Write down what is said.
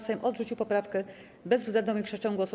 Sejm odrzucił poprawkę bezwzględną większością głosów.